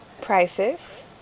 Prices